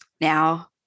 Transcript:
Now